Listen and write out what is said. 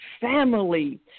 family